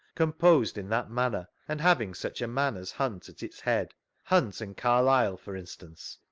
composed in that manner, and having such a man as hunt at its head hunt and carlile, for instance?